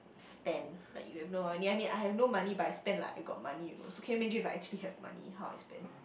spend like you have no only I mean I have no money but I spend like I got money you know so can you imagine if I actually have money how I spend